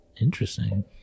Interesting